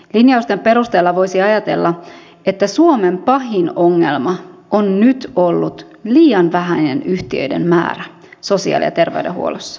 linjausten perusteella voisi ajatella että suomen pahin ongelma on nyt ollut liian vähäinen yhtiöiden määrä sosiaali ja terveydenhuollossa